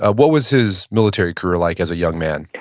ah what was his military career like as a young man?